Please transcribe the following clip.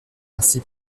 ainsi